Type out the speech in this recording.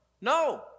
No